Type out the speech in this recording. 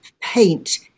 paint